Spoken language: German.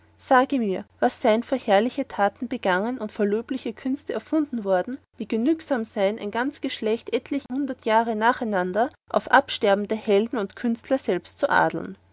sage mir was sein vor herrliche taten begangen und vor löbliche künste erfunden worden die genugsam sein ein ganz geschlecht etlich hundert jahre nacheinander auf absterben der helden und künstler selbst zu adeln